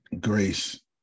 Grace